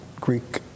Greek